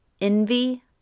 envy